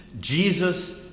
Jesus